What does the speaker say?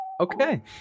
okay